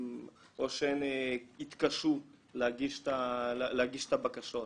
או שהן יתקשו להגיש את הבקשות.